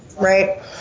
right